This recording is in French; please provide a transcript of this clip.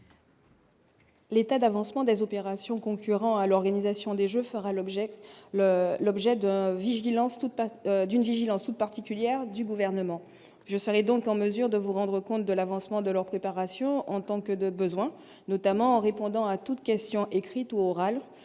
L'état d'avancement des opérations concurrents à l'organisation des Jeux fera l'objet : l'objet d'un vigilance toute d'une vigilance toute particulière du gouvernement, je serais donc en mesure de vous rendre compte de l'avancement de leur préparation en tant que de besoin, notamment en répondant à toutes questions écrites ou orales